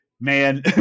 man